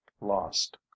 lost